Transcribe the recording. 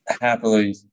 happily